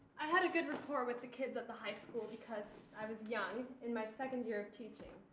i had a good rapport with the kids at the high school because i was young, in my second year of teaching.